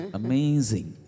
amazing